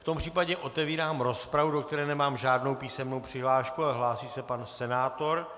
V tom případě otevírám rozpravu, do které nemám žádnou písemnou přihlášku, ale hlásí se pan senátor.